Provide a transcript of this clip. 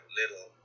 little